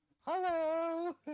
Hello